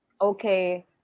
okay